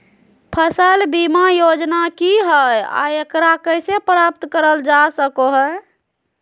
फसल बीमा योजना की हय आ एकरा कैसे प्राप्त करल जा सकों हय?